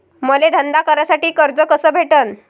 मले धंदा करासाठी कर्ज कस भेटन?